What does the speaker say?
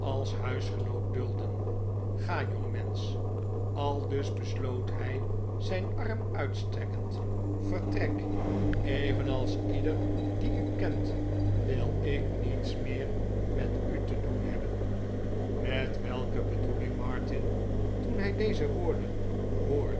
als huisgenoot dulden ga jongmensch aldus besloot hij zijn arm uitstrekkend vertrek evenals ieder die u kent wil ik niets meer met u te doen hebben met welke bedoeling martin toen hij deze woorden hoorde